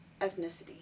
ethnicity